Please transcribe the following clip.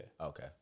Okay